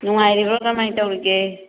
ꯅꯨꯡꯉꯥꯏꯔꯤꯕꯣ ꯀꯃꯥꯏꯅ ꯇꯧꯔꯤꯒꯦ